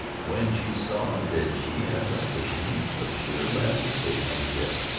when she saw that she had left a chemise of sheer lavender crepe on the bed.